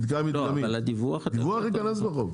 אבל דיווח יכנס לחוק.